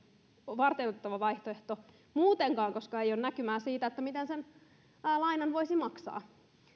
varteenotettava vaihtoehto muutenkaan koska ei ole näkymää siitä miten sen lainan voisi maksaa